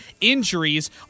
injuries